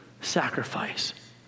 sacrifice